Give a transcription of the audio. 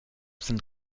sind